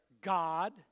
God